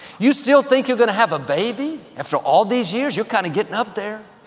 you still think you're going to have a baby after all these years? you're kind of getting up there.